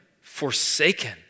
forsaken